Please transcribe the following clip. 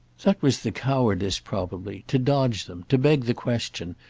that was the cowardice, probably to dodge them, to beg the question,